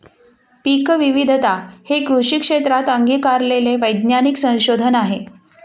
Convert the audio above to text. पीकविविधता हे कृषी क्षेत्रात अंगीकारलेले वैज्ञानिक संशोधन आहे